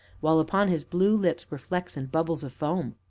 while upon his blue lips were flecks and bubbles of foam.